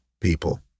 people